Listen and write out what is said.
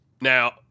Now